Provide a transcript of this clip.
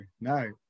no